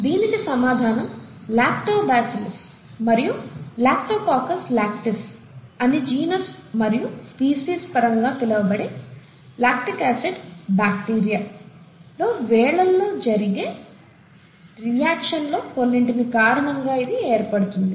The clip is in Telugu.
దీనికి సమాధానం లాక్టో బాసిల్లస్ మరియు లాక్టోకాకస్ లక్టీస్ అని జీనస్ మరియు స్పీసీస్ పరంగా పిలవబడే లాక్టిక్ ఆసిడ్ బాక్టీరియా లో వేళల్లో జరిగే రియాక్షన్స్లో కొన్నింటి కారణంగా ఇలా ఏర్పడుతుంది